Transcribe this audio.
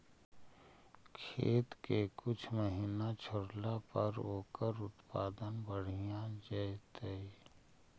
खेत के कुछ महिना छोड़ला पर ओकर उत्पादन बढ़िया जैतइ?